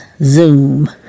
Zoom